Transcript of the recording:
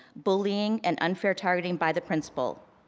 bullying, and unfair targeting by the principal.